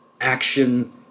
action